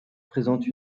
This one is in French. présente